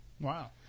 Wow